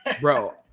bro